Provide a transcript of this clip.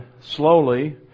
slowly